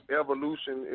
evolution